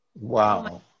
Wow